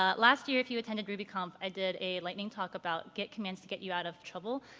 ah last year, if you attended rubyconf i did a lighting talk about git commands to get you out of trouble,